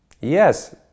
yes